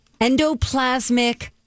endoplasmic